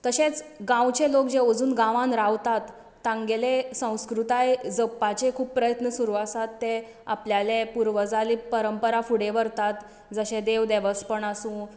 तशेच गांवचे लोक जे अजून गांवांत रावतात तांगेले संस्कृताय जपपाचे खूब प्रयत्न सुरू आसात ते आपल्या पुर्वजाली परंपरा फुडें व्हरतात जशें देव देवस्पण आसूं